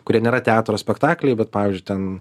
kurie nėra teatro spektakliai bet pavyzdžiui ten